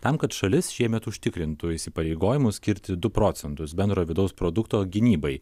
tam kad šalis šiemet užtikrintų įsipareigojimus skirti du procentus bendrojo vidaus produkto gynybai